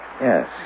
Yes